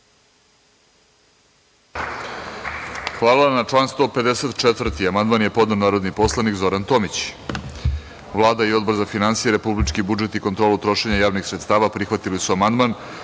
Hvala vam. Na član 154. amandman je podneo narodni poslanik Zoran Tomić. Vlada i Odbor za finansije, republički budžet i kontrolu trošenja javnih sredstava prihvatili su amandman. Odbor